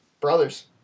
Brothers